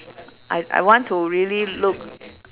I I want to really look